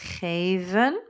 geven